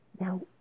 Now